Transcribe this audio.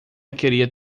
queria